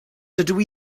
dydw